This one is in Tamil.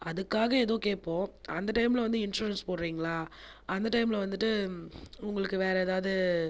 அதுக்காக ஏதோ கேட்போம் அந்த டைம்மில் வந்து இன்சூரன்ஸ் போடுகிறிங்களா அந்த டைம்மில் வந்துட்டு உங்களுக்கு வேறு ஏதாவது